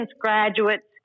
graduates